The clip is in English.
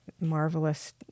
marvelous